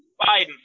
biden